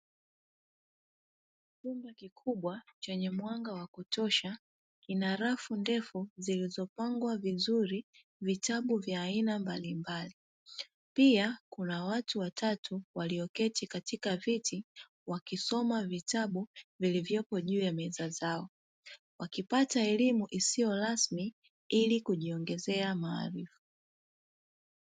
Chumba kikubwa chenye mwanga wa kutosha, ina rafu ndefu zilizopangwa vizuri vitabu vya aina mbalimbali, pia kuna watu watatu walioketi katika viti, wakisoma vitabu vilivyopo juu ya meza zao, wakipata elimu isiyo rasmi ili kujiongezea maarifa.